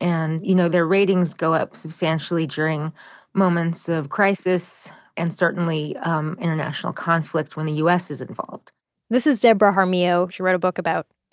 and you know their ratings go up substantially during moments of crisis and certainly um international conflict when the u s. is involved this is deborah jaramillo, who wrote a book